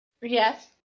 Yes